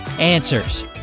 Answers